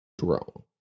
drone